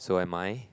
so am I